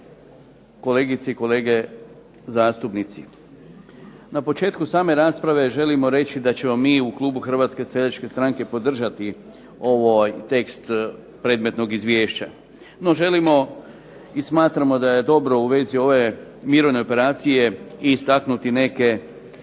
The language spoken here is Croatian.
kolegice i kolege zastupnici. Na početku same rasprave želimo reći da ćemo mi u klubu Hrvatske seljačke stranke podržati ovaj tekst predmetnog izvješća, no želimo i smatramo da je dobro u vezi ove mirovne operacije i istaknuti neke